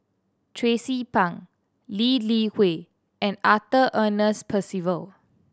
Tracie Pang Lee Li Hui and Arthur Ernest Percival